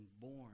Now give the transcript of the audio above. born